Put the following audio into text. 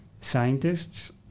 Scientists